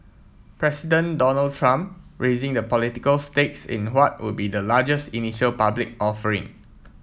President Donald Trump raising the political stakes in what would be the largest initial public offering